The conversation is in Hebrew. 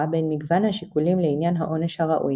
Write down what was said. בין מגוון השיקולים לעניין העונש הראוי".